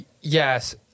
Yes